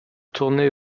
tourner